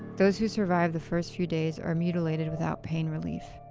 those who survive the first few days are mutilated without pain relief,